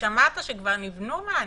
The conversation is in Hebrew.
ושמעת שכבר נבנו מענים.